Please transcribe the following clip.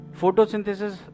photosynthesis